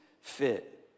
fit